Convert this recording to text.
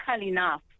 enough